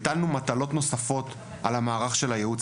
הטלנו מטלות נוספות על המערך של הייעוץ